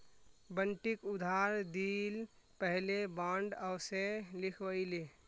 बंटिक उधार दि ल पहले बॉन्ड अवश्य लिखवइ ले